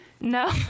no